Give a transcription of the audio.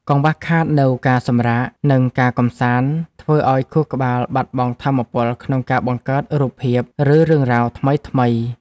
កង្វះខាតនូវការសម្រាក និងការកម្សាន្ត ធ្វើឱ្យខួរក្បាលបាត់បង់ថាមពលក្នុងការបង្កើតរូបភាព ឬរឿងរ៉ាវថ្មីៗ។